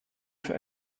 für